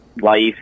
life